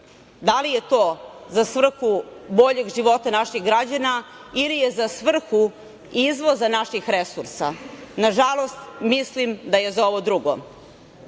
Da li je to za svrhu boljeg života naših građana ili je za svrhu izvoza naših resursa? Nažalost, mislim da je za ovo drugo.